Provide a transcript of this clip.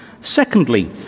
Secondly